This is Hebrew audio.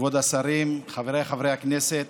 כבוד השרים, חבריי חברי הכנסת,